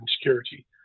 security